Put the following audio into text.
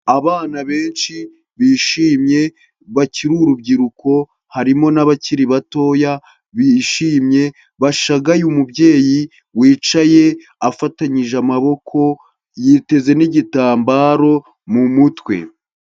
Abana benshi bishimye bakiri urubyiruko, harimo n'abakiri batoya bishimye; bashagaye umubyeyi wicaye afatanyije amaboko, yiteze n'igitambaro mu mutwe.